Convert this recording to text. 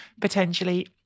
potentially